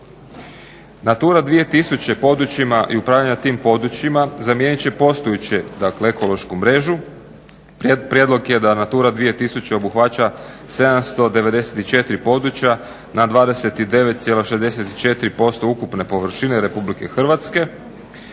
Natura 2000 područjima i upravljanje tim područjima zamijenit će postojeću ekološku mrežu. Prijedlog je da Natura 2000 obuhvaća 744 područja na 29,64% ukupne površine RH odnosno